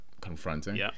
confronting